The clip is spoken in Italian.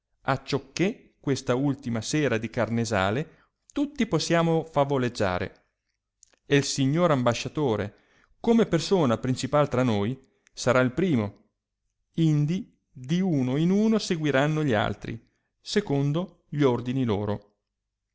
sia acciò che questa ultima sera di carnesale tutti possiamo favoleggiare e il signor ambasciatore come persona pi'incipal tra noi sarà il primo indi di uno in uno seguiranno gli altri secondo gli ordini loro